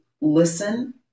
listen